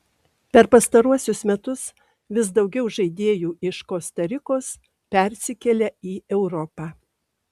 per pastaruosius metus vis daugiau žaidėjų iš kosta rikos persikelia į europą